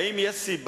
האם יש סיבה?